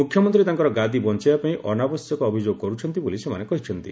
ମୁଖ୍ୟମନ୍ତ୍ରୀ ତାଙ୍କର ଗାଦି ବଞ୍ଚାଇବା ପାଇଁ ଅନାବଶ୍ୟକ ଅଭିଯୋଗ କରୁଛନ୍ତି ବୋଲି ସେମାନେ କହିଛନ୍ତି